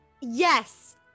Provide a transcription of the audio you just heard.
Yes